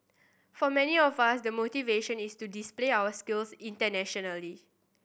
for many of us the motivation is to display our skills internationally